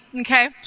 Okay